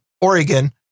Oregon